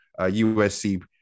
USC